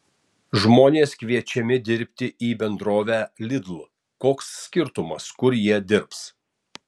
žmonės kviečiami dirbti į bendrovę lidl koks skirtumas kur jie dirbs